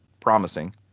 promising